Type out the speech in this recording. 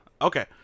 okay